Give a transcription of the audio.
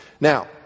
Now